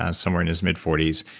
ah somewhere in his mid forty s,